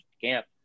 camp